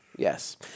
Yes